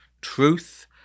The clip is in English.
truth